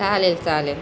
चालेल चालेल